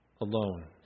alone